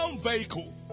vehicle